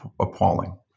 appalling